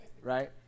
right